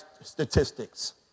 statistics